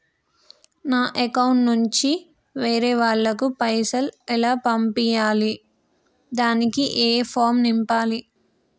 నా అకౌంట్ నుంచి వేరే వాళ్ళకు పైసలు ఎలా పంపియ్యాలి దానికి ఏ ఫామ్ నింపాలి?